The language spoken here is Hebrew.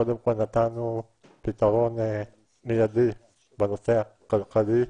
קודם כל נתנו פתרון מיידי לנושא הכלכלי,